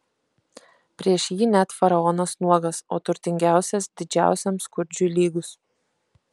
prieš jį net faraonas nuogas o turtingiausias didžiausiam skurdžiui lygus